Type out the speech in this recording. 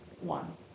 one